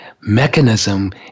mechanism